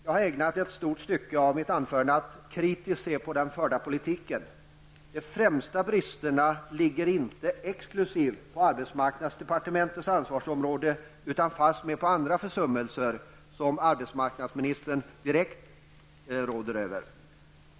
Jag har ägnat en stor del av mitt anförande åt att kritiskt se på den förda politiken. De främsta bristerna finns inte exklusivt på arbetsmarknadsdepartementets ansvarsområde, utan det är fastmer andra försummelser som inte arbetsmarknadsministern direkt råder över.